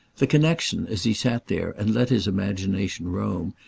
the connexion, as he sat there and let his imagination roam,